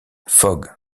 fogg